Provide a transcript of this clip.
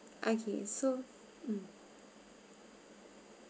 okay so mm